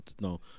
No